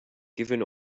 given